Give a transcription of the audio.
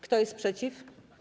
Kto jest przeciw?